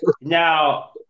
Now